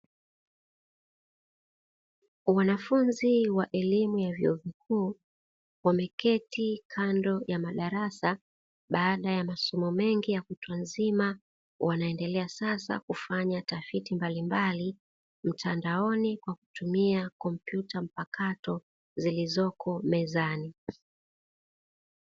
Wanafunzi wa elimu ya vyuo vikuu wameketi kando ya madarasa baada ya masomo mengi ya kutwa nzima, wanaendelea kufanya utafiti mbalimvali mtandaoni kwa kutumia kompyuta mpakato zilizopo mezani.